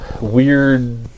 weird